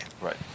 Right